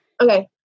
Okay